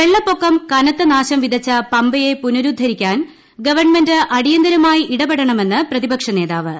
വെള്ളപ്പൊക്കം കനത്ത നാശം വിതച്ച പമ്പയെ പുനരുദ്ധരിക്കാൻ ഗവൺമെന്റ് അടിയന്തരമായി ഇടപെടണമെന്ന് പ്രതിപക്ഷ നേതാവ്